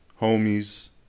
Homies